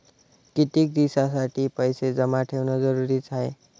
कितीक दिसासाठी पैसे जमा ठेवणं जरुरीच हाय?